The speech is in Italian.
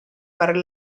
per